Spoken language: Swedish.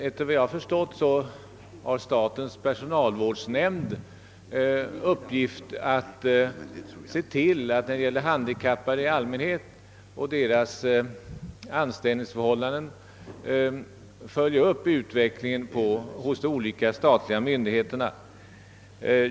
Efter vad jag förstått har statens personalvårdsnämnd till uppgift att följa utvecklingen hos de olika statliga myndigheterna när det gäller anställningsförhållandena för handikappade i allmänhet.